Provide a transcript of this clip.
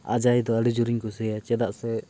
ᱚᱡᱚᱭ ᱫᱚ ᱟᱹᱰᱤ ᱡᱳᱨᱤᱧ ᱠᱩᱥᱤᱭᱟᱭᱟ ᱪᱮᱫᱟᱜ ᱥᱮ